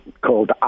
called